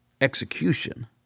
execution